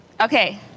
okay